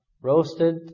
Roasted